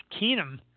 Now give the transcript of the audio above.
Keenum